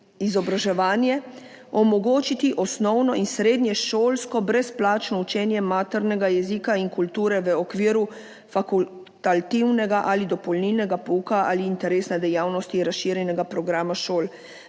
izobraževanje, omogočiti osnovno- in srednješolsko brezplačno učenje maternega jezika in kulture v okviru fakultativnega ali dopolnilnega pouka ali interesne dejavnosti razširjenega programa šol,